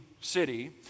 city